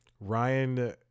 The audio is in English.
Ryan